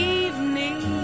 evening